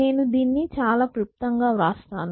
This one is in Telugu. నేను దీన్ని చాలా క్లుప్తంగా వ్రాస్తాను